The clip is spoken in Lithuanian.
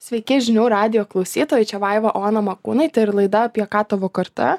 sveiki žinių radijo klausytojai čia vaivaona makūnaitė ir laida apie ką tavo karta